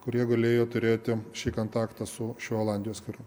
kurie galėjo turėti šį kontaktą su šiuo olandijos kariu